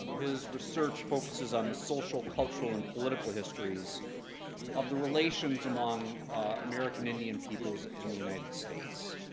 his research focuses on the social, cultural, and political histories of the relations among american indian peoples in the united states.